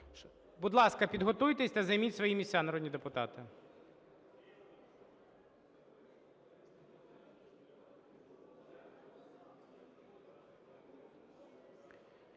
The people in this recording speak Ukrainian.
Будь ласка, підготуйтеся, займіть свої місця, народні депутати.